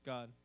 God